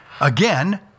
Again